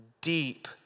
deep